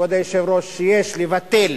כבוד היושב-ראש, שיש לבטל